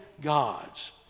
gods